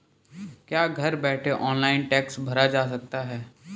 क्या घर बैठे ऑनलाइन टैक्स भरा जा सकता है?